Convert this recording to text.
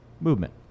movement